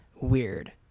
weird